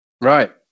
Right